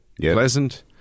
pleasant